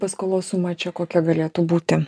paskolos suma čia kokia galėtų būti